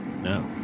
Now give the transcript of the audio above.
No